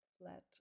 flat